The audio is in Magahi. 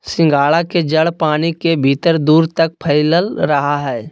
सिंघाड़ा के जड़ पानी के भीतर दूर तक फैलल रहा हइ